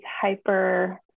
hyper